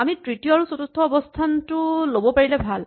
আমি তৃতীয় আৰু চতুৰ্থ অৱস্হানটো ল'ব পাৰিলে ভাল